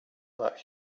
that